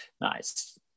nice